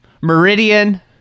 Meridian